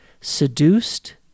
seduced